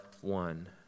one